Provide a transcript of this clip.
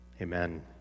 Amen